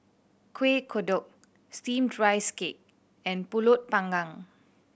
Kueh Kodok Steamed Rice Cake and Pulut Panggang